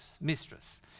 mistress